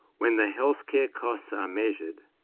when the healthcare costs are measured,